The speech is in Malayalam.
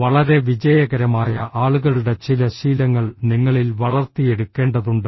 വളരെ വിജയകരമായ ആളുകളുടെ ചില ശീലങ്ങൾ നിങ്ങളിൽ വളർത്തിയെടുക്കേണ്ടതുണ്ട്